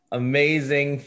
amazing